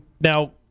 now